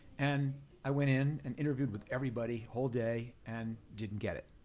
and i went in and interviewed with everybody, whole day, and didn't get it,